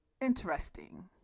interesting